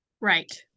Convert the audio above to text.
Right